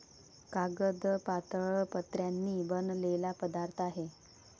कागद पातळ पत्र्यांनी बनलेला पदार्थ आहे